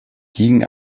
gegen